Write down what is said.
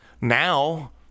now